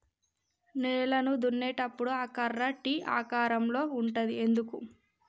నేలను దున్నేటప్పుడు ఆ కర్ర టీ ఆకారం లో ఉంటది ఎందుకు?